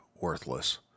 worthless